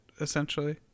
essentially